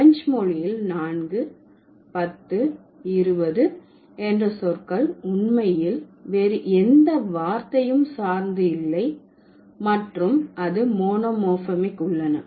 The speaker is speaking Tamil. பிரெஞ்சு மொழியில் நான்கு பத்து இருபது என்ற சொற்கள் உண்மையில் வேறு எந்த வார்த்தையும் சார்ந்து இல்லை மற்றும் அது மோனோமோர்பிமிக் உள்ளன